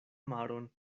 maron